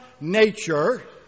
nature